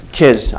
kids